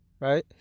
right